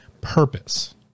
Purpose